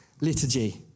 liturgy